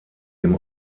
ihm